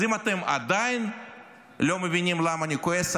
אז אם אתם עדיין לא מבינים למה אני כועס,